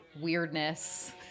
weirdness